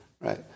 Right